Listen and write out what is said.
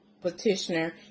petitioner